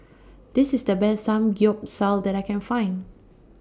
This IS The Best Samgyeopsal that I Can Find